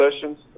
sessions